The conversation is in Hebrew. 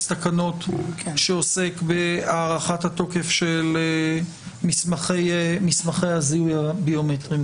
תקנות שעוסק בהארכת התוקף של מסמכי הזיהוי הביומטריים.